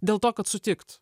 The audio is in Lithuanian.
dėl to kad sutikt